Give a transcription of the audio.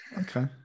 Okay